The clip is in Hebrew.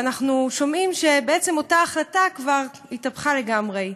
ואנחנו שומעים שבעצם אותה החלטה כבר התהפכה לגמרי.